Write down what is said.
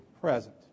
present